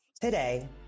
Today